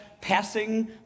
passing